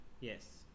Yes